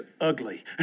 ugly